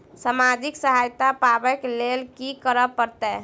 सामाजिक सहायता पाबै केँ लेल की करऽ पड़तै छी?